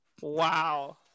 Wow